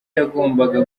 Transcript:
yagombaga